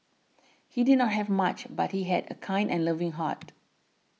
he did not have much but he had a kind and loving heart